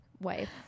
wife